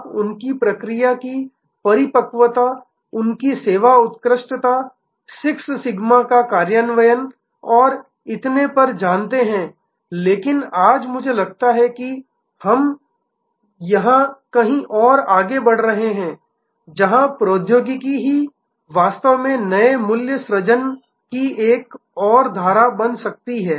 आप उनकी प्रक्रिया की परिपक्वता उनकी सेवा उत्कृष्टता 6 सिग्मा का कार्यान्वयन और इतने पर जानते हैं लेकिन आज मुझे लगता है कि हम यहां कहीं आगे बढ़ रहे हैं जहां प्रौद्योगिकी ही वास्तव में नए मूल्य सृजन की एक और धारा बन सकती है